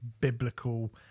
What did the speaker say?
biblical